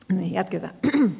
ja ketä